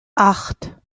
acht